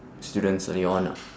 students early on ah